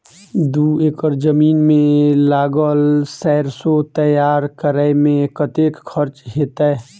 दू एकड़ जमीन मे लागल सैरसो तैयार करै मे कतेक खर्च हेतै?